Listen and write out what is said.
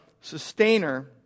sustainer